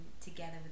together